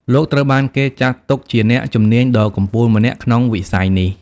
លោកត្រូវបានគេចាត់ទុកជាអ្នកជំនាញដ៏កំពូលម្នាក់ក្នុងវិស័យនេះ។